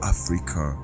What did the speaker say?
Africa